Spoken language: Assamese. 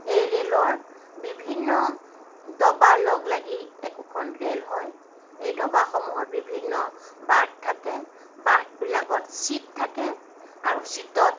এই ৰেলৰ বিভিন্ন ডবা লগ লাগি একোখন ৰেল হয় এই ডবাসমূহৰ বিভিন্ন বাৰ্থ থাকে বাৰ্থবিলাকত ছিট থাকে আৰু ছিটত